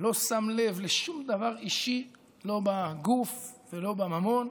לא שם לב לשום דבר אישי לא בגוף ולא בממון,